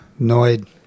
Noid